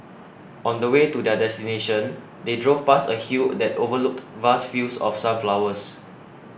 on the way to their destination they drove past a hill that overlooked vast fields of sunflowers